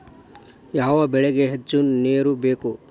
ಯಾವ ಬೆಳಿಗೆ ಹೆಚ್ಚು ನೇರು ಬೇಕು?